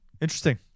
Interesting